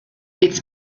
its